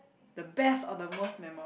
the best or the most memor~